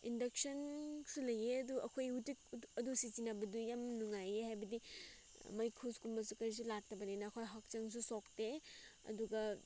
ꯏꯟꯗꯛꯁꯟꯁꯨ ꯂꯩꯌꯦ ꯑꯗꯨ ꯑꯩꯈꯣꯏ ꯍꯧꯖꯤꯛ ꯑꯗꯨ ꯑꯗꯨ ꯁꯤꯖꯤꯟꯅꯕꯗꯨ ꯌꯥꯝ ꯅꯨꯡꯉꯥꯏꯌꯦ ꯍꯥꯏꯕꯗꯤ ꯃꯩꯈꯨꯒꯨꯝꯕ ꯀꯔꯤꯁꯨ ꯂꯥꯛꯇꯕꯅꯤꯅ ꯑꯩꯈꯣꯏ ꯍꯛꯆꯥꯡꯁꯨ ꯁꯣꯛꯇꯦ ꯑꯗꯨꯒ